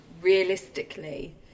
realistically